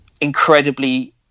incredibly